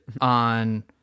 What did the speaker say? on